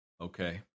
Okay